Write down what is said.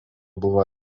buvo